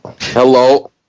Hello